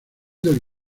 del